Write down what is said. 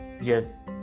yes